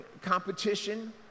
competition